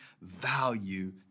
value